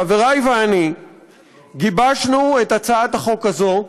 חברי ואני גיבשנו את הצעת החוק הזו,